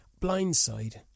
blindside